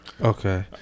Okay